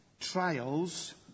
trials